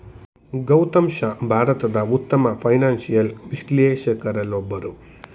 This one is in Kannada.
ಗೌತಮ್ ಶಾ ಭಾರತದ ಉತ್ತಮ ಫೈನಾನ್ಸಿಯಲ್ ವಿಶ್ಲೇಷಕರಲ್ಲೊಬ್ಬರು